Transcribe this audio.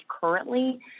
currently